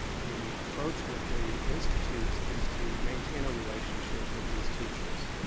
the approach with the institutes is to maintain a relationship with these teachers.